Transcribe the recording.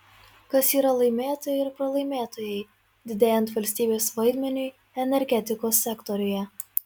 kas yra laimėtojai ir pralaimėtojai didėjant valstybės vaidmeniui energetikos sektoriuje